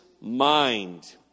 mind